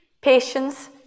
patience